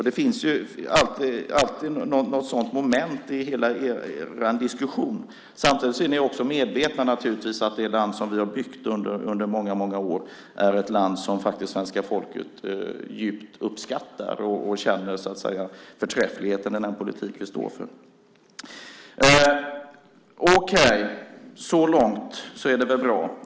Det finns alltid något sådant moment i er diskussion. Samtidigt är ni naturligtvis medvetna om att det land som vi under många, många år har byggt är ett land som svenska folket faktiskt djupt uppskattar. De känner förträffligheten i den politik vi står för. Okej, så långt är det väl bra.